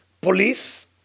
Police